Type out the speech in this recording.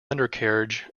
undercarriage